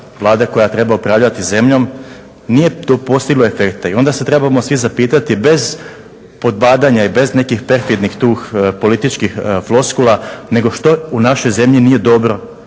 Vlade koja treba upravljati zemljom, nije tu postiglo efekte. I onda se trebamo svi zapitati bez podbadanja i bez nekih perfidnih tu političkih floskula, nego što u našoj zemlji nije dobro.